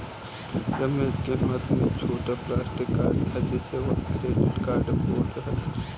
रमेश के हाथ में छोटा प्लास्टिक कार्ड था जिसे वह क्रेडिट कार्ड बोल रहा था